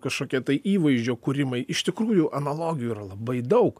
kažkokie tai įvaizdžio kūrimai iš tikrųjų analogijų yra labai daug